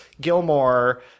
Gilmore